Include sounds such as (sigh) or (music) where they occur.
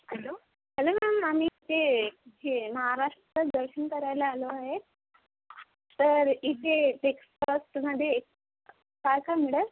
hello hello ma'am Rani ते हे महाराष्ट्र दर्शन करायला आलो आहे तर इथे ते (unintelligible) भांडे (unintelligible) मिळेल